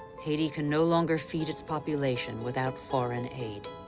haiti can no longer feed its population without foreign aid.